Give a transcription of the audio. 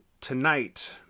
tonight